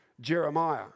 Jeremiah